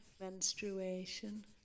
menstruation